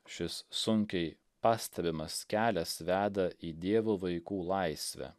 šis sunkiai pastebimas kelias veda į dievo vaikų laisvę